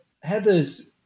Heather's